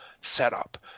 setup